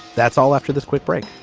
that's all after this quick break